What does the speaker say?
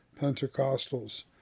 Pentecostals